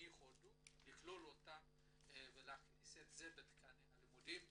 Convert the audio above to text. לכלול אותן ולהכניס את זה בתכני הלימודים